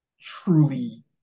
truly